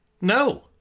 No